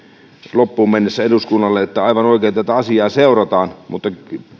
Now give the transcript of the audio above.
loppuun mennessä on aivan oikein että tätä asiaa seurataan mutta